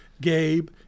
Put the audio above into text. Gabe